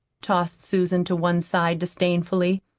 tossed susan to one side disdainfully.